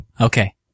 Okay